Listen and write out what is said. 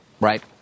Right